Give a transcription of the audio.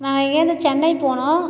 நாங்கள் இங்கேருந்து சென்னை போகணும்